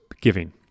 giving